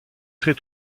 très